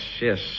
yes